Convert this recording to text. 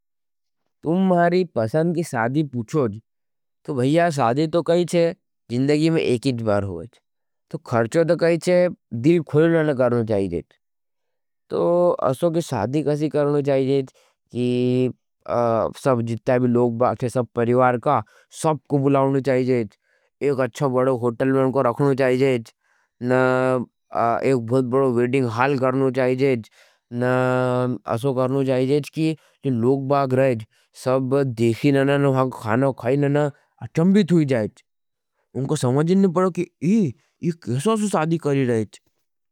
तुम मारी पसंद की साधी पुछो जी। तो भाईया साधी तो कही छे जिन्दगी में एकीज बार हुएच। तो खरचो तो कही छे दिल खोईलन करना चाहिजेज। तो असो की साधी कसी करना चाहिजेज की तो जित्ता लोग बाग एच परिवार का साब को बुलाऊन चाहिजेज। एक अच्छा बड़ा होंतल में का रखना चाहिजेज। न एक बहुत बड़व को वेडियंग खाल करना चाहिजेज। न असो करनो जाये जायेज। कि जो लोग बाग रहेज सब देखी नना न खाना उखाई नना अच्छंबित हुई जायेज उनको समझेनने पड़ा कि ये ये कैसा सो सादी करी रहेज।